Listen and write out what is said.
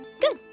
Good